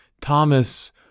Thomas